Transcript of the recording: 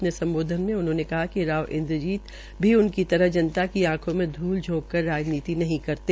अपने सम्बोध्न में उन्होंने कहा कि राव इन्द्रजीत की उनकी तरह जनता की आंखों में ध्रल झोंक कर राजनीति नहीं करते